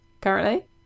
Currently